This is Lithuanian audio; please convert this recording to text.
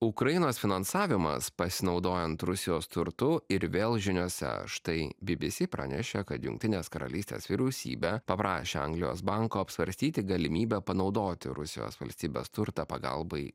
ukrainos finansavimas pasinaudojant rusijos turtu ir vėl žiniose štai bbc pranešė kad jungtinės karalystės vyriausybė paprašė anglijos banko apsvarstyti galimybę panaudoti rusijos valstybės turtą pagalbai